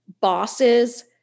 bosses